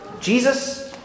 Jesus